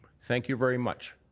thank you very much.